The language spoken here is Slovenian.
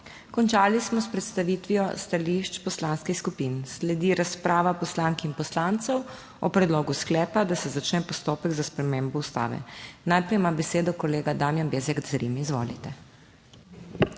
Končali smo s predstavitvijo stališč poslanskih skupin. Sledi razprava poslank in poslancev o predlogu sklepa, da se začne postopek za spremembo Ustave. Najprej ima besedo kolega Damijan Bezjak Zrim. Izvolite.